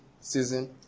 season